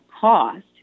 cost